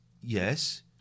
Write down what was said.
Yes